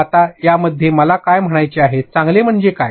आता त्यामध्ये मला काय म्हणायचे आहे चांगले म्हणजे काय